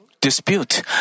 dispute